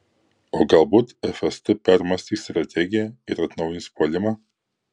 o galbūt fst permąstys strategiją ir atnaujins puolimą